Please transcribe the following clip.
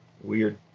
Weird